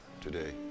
today